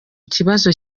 kibazo